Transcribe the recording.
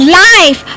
life